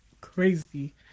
crazy